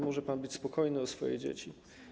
Może pan być spokojny o swoje dzieci.